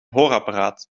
hoorapparaat